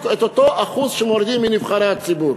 את אותו אחוז שמורידים מנבחרי הציבור.